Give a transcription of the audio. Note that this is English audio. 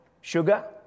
sugar